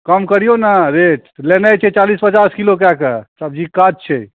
कम करिऔ ने रेट तऽ लेनाइ छै चालिस पचास किलो कएके सब्जीके काज छै